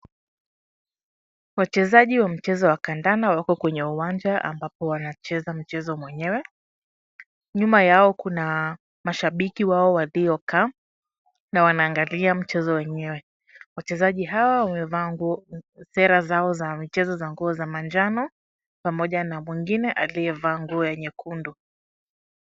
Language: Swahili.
Wachezaji wa mchezo wa kandanda wako kwenye uwanja ambapo wanacheza mchezo mwenyewe. Nyuma yao kuna mashabiki wao waliokaa, na wanaangalia mchezo wenyewe. Wachezaji hawa wamevaa nguo, sera zao za michezo za nguo za manjano. Pamoja na mwingine aliyevaa nguo ya nyekundu.